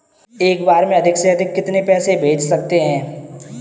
एक बार में अधिक से अधिक कितने पैसे भेज सकते हैं?